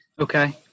Okay